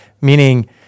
meaning